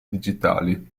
digitali